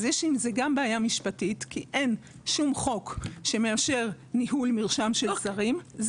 אז יש עם זה גם בעיה משפטית כי אין שום חוק שמאפשר ניהול מרשם של זרים,